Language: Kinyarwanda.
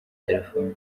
telefone